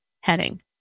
heading